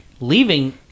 leaving